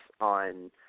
on